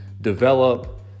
develop